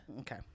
Okay